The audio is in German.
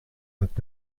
und